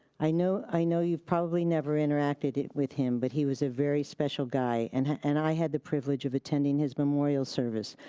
i know i know you've probably never interacted with him, but he was a very special guy and and i had the privilege of attending his memorial service,